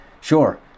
Sure